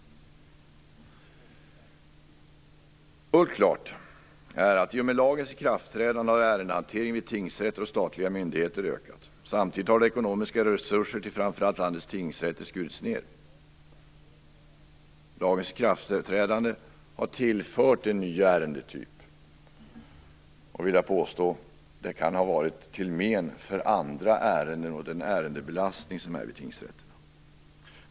Fullt klart är att i och med lagens ikraftträdande har ärendehanteringen vid tingsrätter och statliga myndigheter ökat. Samtidigt har de ekonomiska resurserna till framför allt landets tingsrätter skurits ned. Lagens ikraftträdande har tillfört en ny ärendetyp, och jag vill påstå att det kan ha varit till men för andra ärenden och ärendebelastningen vid tingsrätterna.